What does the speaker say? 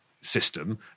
system